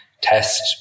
test